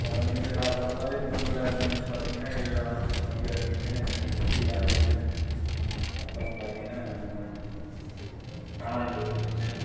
குழந்தைங்க சாப்பிட்ற மாதிரி முள் இல்லாத மீனுன்னு பார்த்தீங்கன்னா இதுதான் வஞ்சரம் மீன் சீலா மீன் அப்புறம் பார்த்தீங்கன்னா நம்ம கானாங்கெளுத்தி இந்த